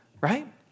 Right